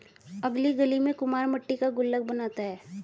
अगली गली में कुम्हार मट्टी का गुल्लक बनाता है